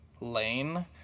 lane